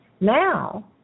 Now